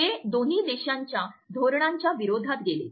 हे दोन्ही देशांच्या धोरणांच्या विरोधात गेले